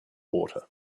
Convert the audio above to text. water